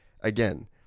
again